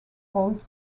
called